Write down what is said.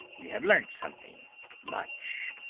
we have learnt something much!